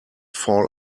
fall